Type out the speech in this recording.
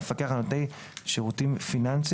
המפקח על נותני שירותים פיננסיים;